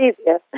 easier